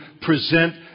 present